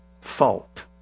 fault